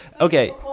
Okay